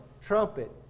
trumpet